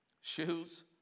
shoes